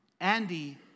Andy